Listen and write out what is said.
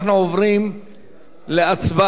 להצבעה בקריאה שנייה.